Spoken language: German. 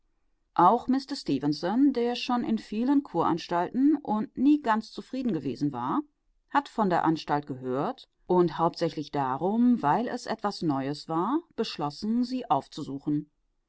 auch mister stefenson der schon in vielen kuranstalten und nie ganz zufrieden gewesen war hat von der anstalt gehört und hauptsächlich darum weil es etwas neues war beschlossen sie aufzusuchen